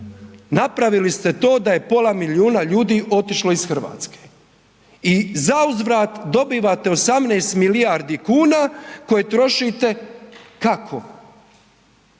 napravili ste to da je pola milijuna ljudi otišlo iz Hrvatske i zauzvrat dobivate 18 milijardi kuna koje trošite kako?